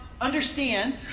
understand